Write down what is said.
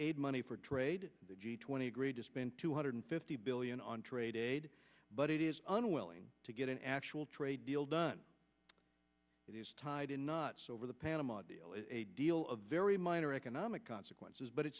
aid money for trade the g twenty agreed to spend two hundred fifty billion on trade but it is unwilling to get an actual trade deal done it is tied in knots over the panama deal is a deal of very minor economic consequences but it